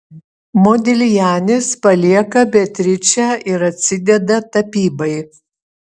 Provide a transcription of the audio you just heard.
modiljanis palieka beatričę ir atsideda tapybai